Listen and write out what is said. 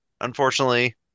unfortunately